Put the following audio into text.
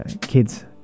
kids